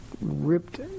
ripped